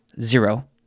zero